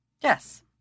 Yes